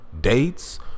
dates